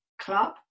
Club